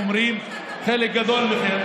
חלק גדול מכם,